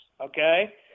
okay